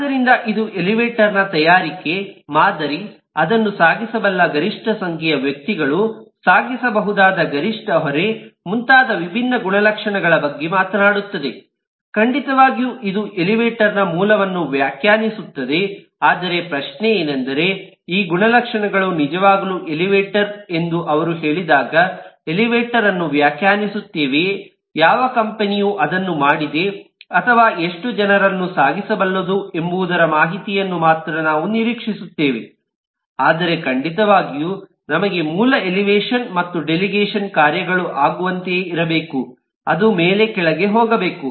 ಆದ್ದರಿಂದ ಇದು ಎಲಿವೇಟರ್ನ ತಯಾರಿಕೆ ಮಾದರಿ ಅದನ್ನು ಸಾಗಿಸಬಲ್ಲ ಗರಿಷ್ಠ ಸಂಖ್ಯೆಯ ವ್ಯಕ್ತಿಗಳು ಸಾಗಿಸಬಹುದಾದ ಗರಿಷ್ಠ ಹೊರೆ ಮುಂತಾದ ವಿಭಿನ್ನ ಗುಣಲಕ್ಷಣಗಳ ಬಗ್ಗೆ ಮಾತನಾಡುತ್ತದೆ ಖಂಡಿತವಾಗಿಯೂ ಇದು ಎಲಿವೇಟರ್ ನ ಮೂಲವನ್ನು ವ್ಯಾಖ್ಯಾನಿಸುತ್ತದೆ ಆದರೆ ಪ್ರಶ್ನೆಯೇನೆಂದರೆ ಈ ಗುಣಲಕ್ಷಣಗಳು ನಿಜವಾಗಲು ಎಲಿವೇಟರ್ ಎಂದು ಅವರು ಹೇಳಿದಾಗ ಎಲಿವೇಟರ್ ಅನ್ನು ವ್ಯಾಖ್ಯಾನಿಸುತ್ತೇವೆಯೇ ಯಾವ ಕಂಪನಿ ಯು ಅದನ್ನು ಮಾಡಿದೆ ಅಥವಾ ಎಷ್ಟು ಜನರನ್ನು ಸಾಗಿಸಬಲ್ಲದು ಎಂಬುವುದರ ಮಾಹಿತಿಯನ್ನು ಮಾತ್ರ ನಾವು ನಿರೀಕ್ಷಿಸುತ್ತೇವೆ ಆದರೆ ಖಂಡಿತವಾಗಿಯೂ ನಮಗೆ ಮೂಲ ಎಲಿವೇಷನ್ ಮತ್ತು ಡೆಲಿಗೇಷನ್ ಕಾರ್ಯಗಳು ಆಗುವಂತೆ ಇರಬೇಕು ಅದು ಮೇಲೆ ಕೆಳಗೆ ಹೋಗಬೇಕು